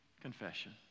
confession